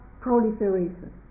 proliferation